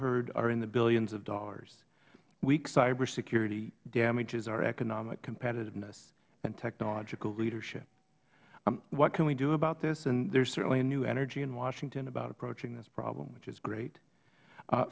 heard are in the billions of dollars weak cyber security damages our economic competitiveness and technological leadership what can we do about this there is certainly a new energy in washington about approaching this proper which is great